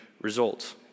results